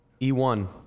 E1